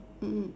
mm